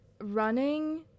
running